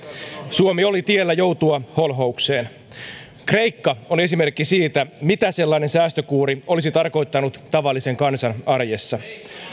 suomi oli tiellä joutua holhoukseen kreikka on esimerkki siitä mitä sellainen säästökuuri olisi tarkoittanut tavallisen kansan arjessa